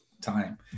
time